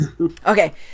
Okay